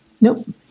Nope